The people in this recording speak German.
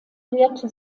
lehrte